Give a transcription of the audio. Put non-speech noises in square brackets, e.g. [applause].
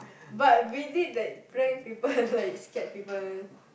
but we did like prank people [laughs] like scared people